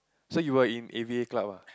so you were in a_v_a Club ah